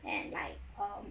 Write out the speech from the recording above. and like um